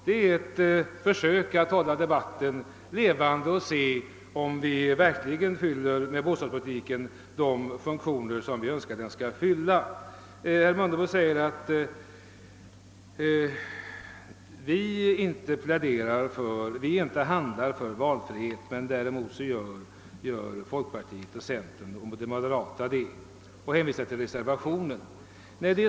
Det är ett försök att hålla debatten levande och att ifrågasätta om bostadspolitiken verkligen fyller de funktioner som vi önskar att den skall ha. Herr Mundebo säger att vi inte verkar för valfrihet på bostadsområdet men att däremot folkpartiet, centern och moderata samlingspartiet gör det, och han hänvisar samtidigt till reservationen 2.